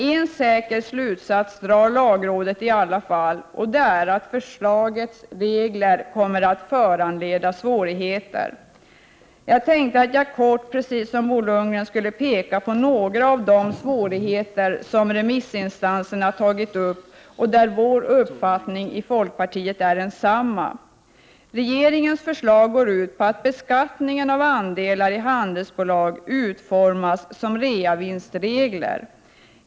Lagrådet drar i alla fall en säker slutsats, att förslagets regler komme att föranleda svårigheter. På samma sätt som Bo Lundgren gjorde, avser jag att kort peka på några av de svårigheter som remissinstanserna tagit upp och där vår uppfattning folkpartiet är densamma. Regeringens förslag går ut på att beskattningen av andelar i handelsbolag skall utformas som reavinstregler.